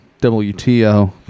WTO